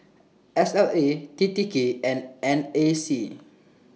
S L A T T K and N A C